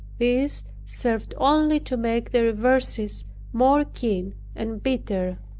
these served only to make the reverses more keen and bitter.